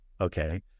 Okay